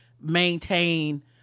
maintain